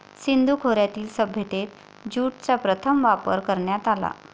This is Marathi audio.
सिंधू खोऱ्यातील सभ्यतेत ज्यूटचा प्रथम वापर करण्यात आला